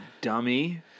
dummy